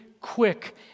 quick